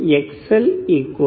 XlXc 2